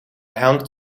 hangt